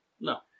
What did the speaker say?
No